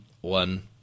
one